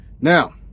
Now